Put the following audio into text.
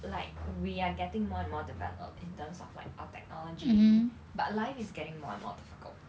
like we are getting more and more developed in terms of like our technology but life is getting more and more difficult